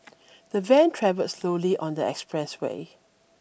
the van travelled slowly on the expressway